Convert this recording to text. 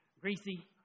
Greasy